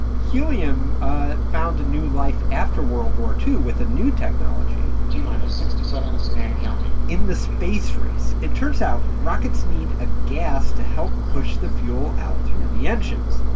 helium ah found a new life after world war ii with a new technology t-minus sixty seconds and counting in the space race, it turns out rockets need a gas to help push the fuel out through the engines